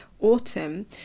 autumn